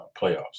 playoffs